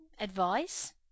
advice